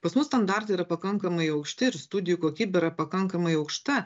pas mus standartai yra pakankamai aukšti ir studijų kokybė yra pakankamai aukšta